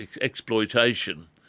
exploitation